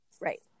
Right